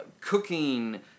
cooking